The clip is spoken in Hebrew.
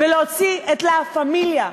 ולהוציא את "לה-פמיליה"